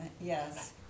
Yes